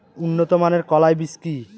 উন্নত মানের কলাই বীজ কি?